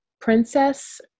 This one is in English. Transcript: princess